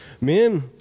Men